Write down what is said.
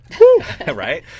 right